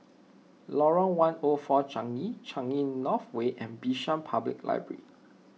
Lorong one O four Changi Changi North Way and Bishan Public Library